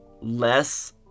less